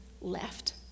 left